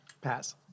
Pass